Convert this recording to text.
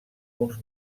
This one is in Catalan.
uns